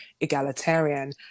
egalitarian